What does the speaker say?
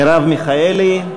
מרב מיכאלי,